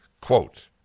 Quote